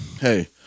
hey